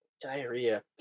Diarrhea